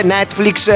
Netflix